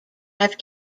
have